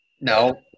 No